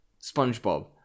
SpongeBob